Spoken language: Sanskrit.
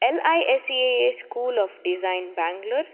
L I A C A S school of design Bangalore